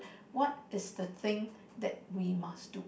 what is the thing that we must do